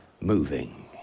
moving